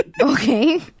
Okay